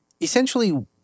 essentially